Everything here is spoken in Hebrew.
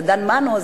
זה דן מנו,